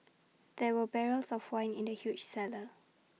there were barrels of wine in the huge cellar